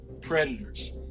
predators